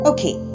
Okay